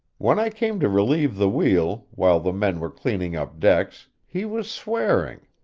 when i came to relieve the wheel, while the men were clearing up decks, he was swearing.